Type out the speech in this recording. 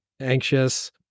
anxious